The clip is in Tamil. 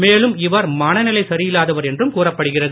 மேலும் இவர் மனநிலை சரியில்லாதவர் என்றும் கூறப்படுகிறது